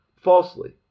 falsely